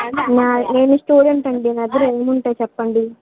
నా నేను స్టూడెంట్ అండి నా దగ్గర ఏమి ఉంటాయి చెప్పండి